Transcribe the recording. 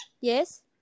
Yes